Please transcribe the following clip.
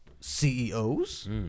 CEOs